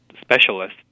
specialist